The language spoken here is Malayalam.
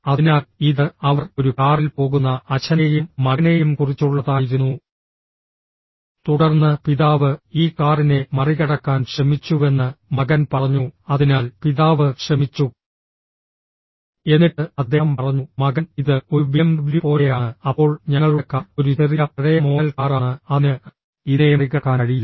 അതിനാൽ ഇത് അവർ ഒരു കാറിൽ പോകുന്ന അച്ഛനെയും മകനെയും കുറിച്ചുള്ളതായിരുന്നു തുടർന്ന് പിതാവ് ഈ കാറിനെ മറികടക്കാൻ ശ്രമിച്ചുവെന്ന് മകൻ പറഞ്ഞു അതിനാൽ പിതാവ് ശ്രമിച്ചു എന്നിട്ട് അദ്ദേഹം പറഞ്ഞു മകൻ ഇത് ഒരു ബിഎംഡബ്ല്യു പോലെയാണ് അപ്പോൾ ഞങ്ങളുടെ കാർ ഒരു ചെറിയ പഴയ മോഡൽ കാറാണ് അതിന് ഇതിനെ മറികടക്കാൻ കഴിയില്ല